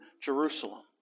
Jerusalem